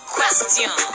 Question